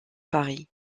paris